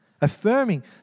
Affirming